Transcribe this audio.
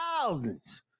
thousands